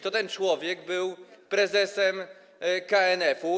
To ten człowiek był prezesem KNF-u.